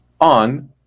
on